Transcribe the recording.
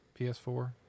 PS4